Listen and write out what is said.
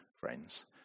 friends